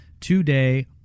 today